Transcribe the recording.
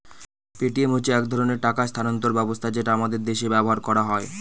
Paytm হচ্ছে এক ধরনের টাকা স্থানান্তর ব্যবস্থা যেটা আমাদের দেশে ব্যবহার করা হয়